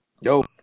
Yo